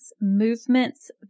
movements